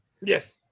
Yes